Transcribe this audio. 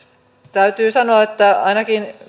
täytyy sanoa että ainakin